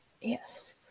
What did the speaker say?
Yes